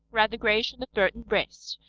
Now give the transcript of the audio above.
rather grayish on the throat and breast.